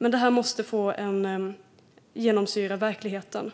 Men dessa ord måste genomsyra verkligheten.